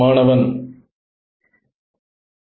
மாணவன் n2m